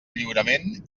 lliurement